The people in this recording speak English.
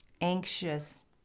anxious